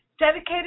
dedicated